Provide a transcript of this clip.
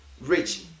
rich